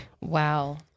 wow